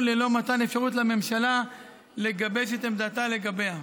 ללא מתן אפשרות לממשלה לגבש את עמדתה לגביה.